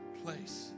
place